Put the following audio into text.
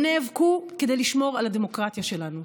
הם נאבקו כדי לשמור על הדמוקרטיה שלנו.